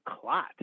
clot